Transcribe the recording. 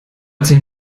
zehn